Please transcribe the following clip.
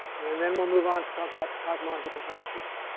and then we'll move on to talk about the cosmological constant.